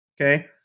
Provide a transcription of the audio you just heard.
Okay